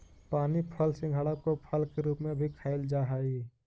पानी फल सिंघाड़ा को फल के रूप में भी खाईल जा हई